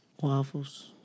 Waffles